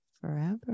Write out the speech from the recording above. Forever